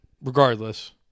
Regardless